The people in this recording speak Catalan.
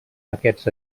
aquests